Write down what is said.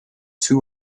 two